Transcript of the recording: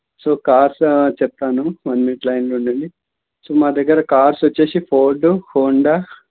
so cars చెప్తాను one minute లైన్లో ఉండండి సో మాదగ్గర కార్స్ వచ్చి ఫోర్డు హోండా